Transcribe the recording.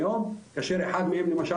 כאשר אחד מהם למשל,